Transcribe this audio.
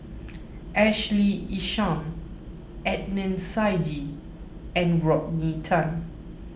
Ashley Isham Adnan Saidi and Rodney Tan